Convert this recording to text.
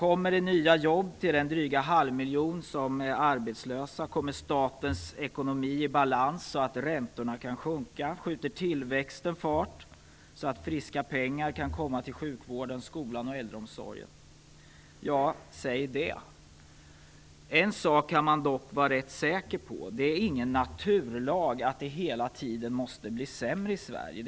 Kommer det nya jobb till den dryga halvmiljon som är arbetslösa? Kommer statens ekonomi i balans, så att räntorna kan sjunka? Skjuter tillväxten fart, så att friska pengar kan komma till sjukvården, skolan och äldreomsorgen? Ja, säg det! En sak kan man dock vara rätt säker på - det är ingen naturlag att det hela tiden måste bli sämre i Sverige.